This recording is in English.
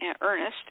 Ernest